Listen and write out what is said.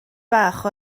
bach